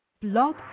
Blog